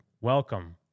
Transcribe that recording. Welcome